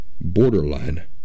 borderline